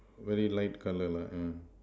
very light colour lah yeah